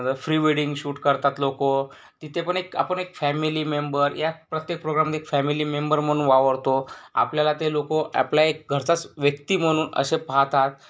आता free wedding shoot करतात लोकं तिथे पण एक आपण एक फॅमिली मेंबर या प्रत्येक प्रोग्राममध्ये एक फॅमिली मेंबर म्हणून वावरतो आपल्याला ते लोकं आपला एक घरचाच व्यक्ती म्हणून असे पाहतात